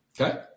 Okay